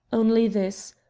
only this.